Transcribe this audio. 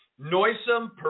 noisome